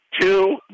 two